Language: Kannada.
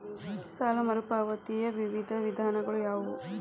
ಸಾಲ ಮರುಪಾವತಿಯ ವಿವಿಧ ವಿಧಾನಗಳು ಯಾವುವು?